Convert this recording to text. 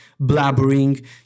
blabbering